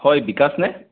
হয় বিকাশনে